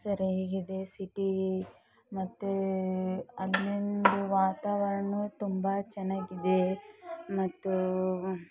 ಸರಿಯಾಗಿದೆ ಸಿಟಿ ಮತ್ತೆ ಅಲ್ಲಿಂದು ವಾತಾವರಣವೂ ತುಂಬ ಚೆನ್ನಾಗಿದೆ ಮತ್ತು